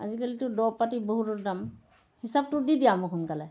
আজিকালিতো দৰৱ পাতি বহুতো দাম হিচাপটো দি দিয়া মোক সোনকালে